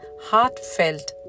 heartfelt